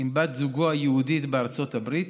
עם בת זוגו היהודייה בארצות הברית